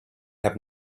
have